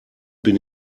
bin